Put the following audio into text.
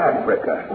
Africa